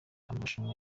amarushanwa